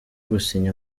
gusinya